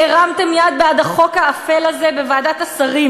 והרמתם יד בעד החוק האפל הזה בוועדת השרים.